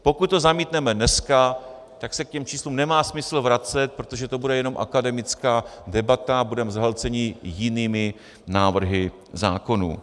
Pokud to zamítneme dneska, tak se k těm číslům nemá smysl vracet, protože to bude jenom akademická debata a budeme zahlceni jinými návrhy zákonů.